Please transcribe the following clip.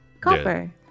Copper